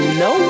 no